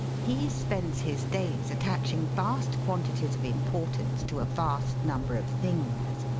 he spends his days attaching vast quantities of im portance to a vast number of things.